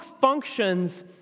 functions